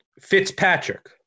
Fitzpatrick